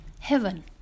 heaven